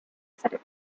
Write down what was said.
pedigree